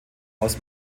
aus